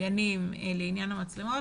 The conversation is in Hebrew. הגנים לעניין המצלמות,